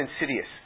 insidious